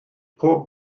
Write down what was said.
pob